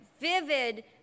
vivid